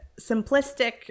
simplistic